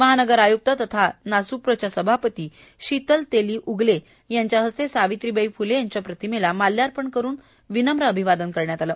महानगर आय्क्त तथा नासुप्र सभापती शीतल तेली उगले यांच्या हस्ते सावित्रीबाई फुले यांच्या प्रतिमेला माल्यार्पण करून विनम्र अभिवादन करण्यात आले